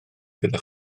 gyda